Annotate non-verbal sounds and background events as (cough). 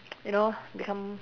(noise) you know become